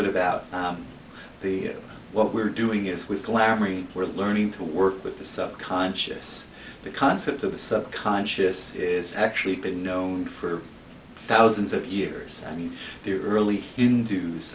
bit about the what we're doing is we're collaborating we're learning to work with the subconscious the concept of the subconscious is actually been known for thousands of years i mean the early induce